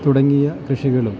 തുടങ്ങിയ കൃഷികളും